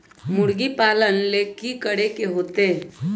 मुर्गी पालन ले कि करे के होतै?